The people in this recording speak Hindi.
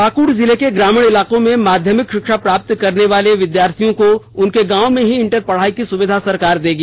पाकृड जिले के ग्रामीण इलाकों में माध्यमिक शिक्षा प्राप्त करने वाले विद्यार्थियों को उनके गांव में ही इंटर पढ़ाई की सुविधा सरकार देगी